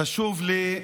חטופים,